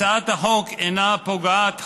הצעת החוק אינה פוגעת,